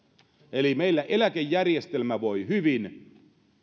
eli meillä eläkejärjestelmä voi hyvin